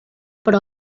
però